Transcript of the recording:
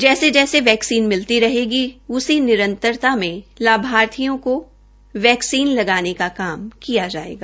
जैसे जैसे वैक्सीन मिलती रहेगी उसी निरंतरता में लाभर्थियों को वैक्सीन लगाने का काम किया जाएगा